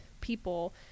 people